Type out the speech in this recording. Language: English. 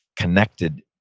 connected